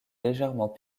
légèrement